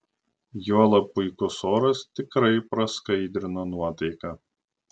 juolab puikus oras tikrai praskaidrino nuotaiką